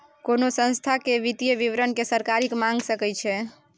कोनो संस्था केर वित्तीय विवरण केँ सरकार मांगि सकै छै